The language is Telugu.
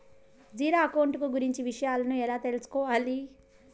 జీరో అకౌంట్ కు గురించి విషయాలను ఎలా తెలుసుకోవాలి?